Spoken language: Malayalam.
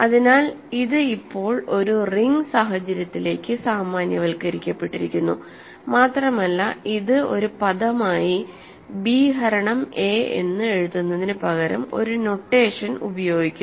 അതിനാൽ ഇത് ഇപ്പോൾ ഒരു റിംഗ് സാഹചര്യത്തിലേക്ക് സാമാന്യവൽക്കരിക്കപ്പെട്ടിരിക്കുന്നു മാത്രമല്ല ഇത് ഒരു പദമായി b ഹരണം a എന്ന് എഴുതുന്നതിനുപകരംഒരു നൊട്ടേഷൻ ഉപയോഗിക്കുന്നു